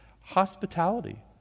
hospitality